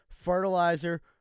fertilizer